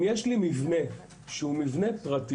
אם יש לי מבנה שהוא מבנה פרטי,